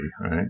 right